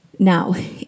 Now